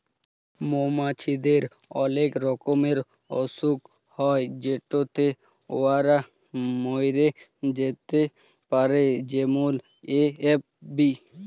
মমাছিদের অলেক রকমের অসুখ হ্যয় যেটতে উয়ারা ম্যইরে যাতে পারে যেমল এ.এফ.বি